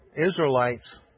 Israelites